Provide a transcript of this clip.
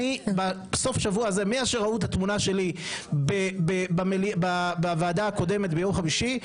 אני בסוף השבוע הזה משראו את התמונה שלי בוועדה הקודמת ביום חמישי,